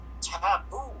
taboo